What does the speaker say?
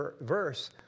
verse